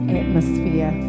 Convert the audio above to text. atmosphere